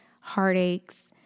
heartaches